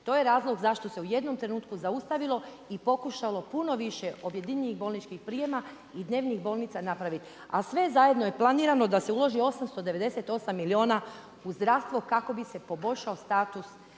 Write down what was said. To je razlog zašto se u jednom trenutku zaustavilo i pokušalo puno više objedinjenih bolničkih prijema i dnevnih bolnica napraviti. A sve zajedno je planirano da se uloži 898 milijuna u zdravstvo kako bi se poboljšao status